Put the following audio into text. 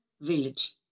village